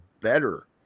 better